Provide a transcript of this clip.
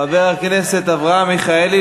חבר הכנסת אברהם מיכאלי.